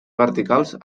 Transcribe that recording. verticals